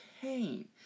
pain